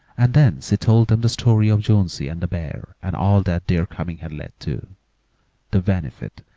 and then she told them the story of jonesy and the bear and all that their coming had led to the benefit,